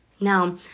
Now